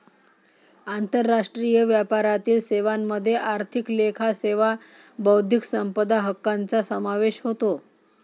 आंतरराष्ट्रीय व्यापारातील सेवांमध्ये आर्थिक लेखा सेवा बौद्धिक संपदा हक्कांचा समावेश होतो